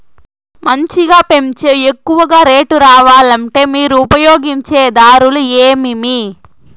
మంచిగా పెంచే ఎక్కువగా రేటు రావాలంటే మీరు ఉపయోగించే దారులు ఎమిమీ?